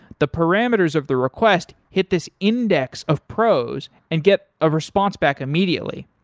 the parameters of the request hit this index of pros and get a response back immediately.